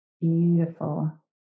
Beautiful